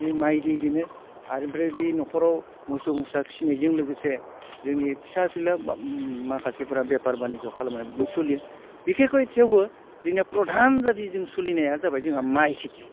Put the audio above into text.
बे माइ दैजोंनो आरो ओमफ्राय बि न'खराव मोसौ मोसा फिसिनायजों लोगोसे जोंनि फिसा फिला माखासेफ्रा बेफार बानिज्य' खालामनानै बिदिनो सोलियो बिखेककय थेवबो जोंनिया प्रधान जाहाथे जों सोलिनाया जाबाय जोंहा माइ खेथि